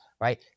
right